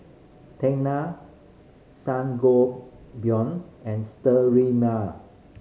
Tena Sangobion and Sterimar